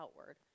outward